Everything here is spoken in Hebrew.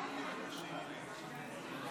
יתקיים יום מאוד מיוחד,